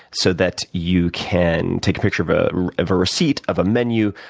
so that you can take a picture of ah of a receipt, of a menu,